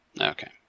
Okay